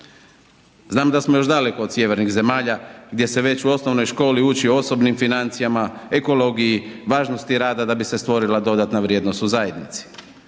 Znam da smo još daleko od sjevernih zemalja gdje se već u osnovnoj školi uči o osobnim financijama, ekologiji, važnosti rada da bi se stvorila dodatna vrijednost u zajednici,